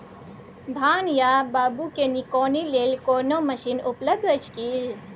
धान या बाबू के निकौनी लेल कोनो मसीन उपलब्ध अछि की?